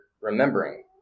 remembering